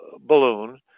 balloon